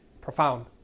profound